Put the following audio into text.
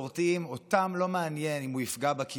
אותם לא מעניין אם הוא יפגע בקהילה הגאה,